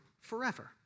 forever